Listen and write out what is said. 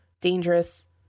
dangerous